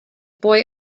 boy